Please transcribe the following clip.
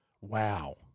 Wow